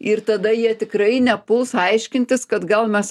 ir tada jie tikrai nepuls aiškintis kad gal mes